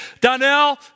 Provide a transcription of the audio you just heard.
Donnell